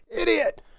Idiot